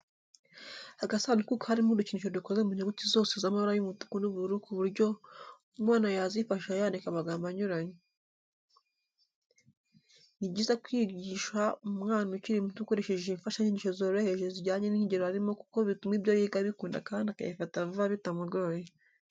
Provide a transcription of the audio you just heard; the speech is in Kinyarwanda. Agasanduku karimo udukinisho dukoze mu nyuguti zose z'amabara y'umutuku n'ubururu ku buryo umwana yazifashisha yandika amagambo anyuranye. Ni byiza kwigisha umwana ukiri muto ukoresheje imfashanyigisho zoroheje zijyanye n'ikigero arimo kuko bituma ibyo yiga abikunda kandi akabifata vuba bitamugoye.